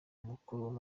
mukuru